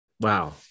wow